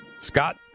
Scott